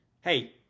hey